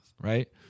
right